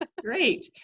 Great